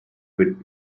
with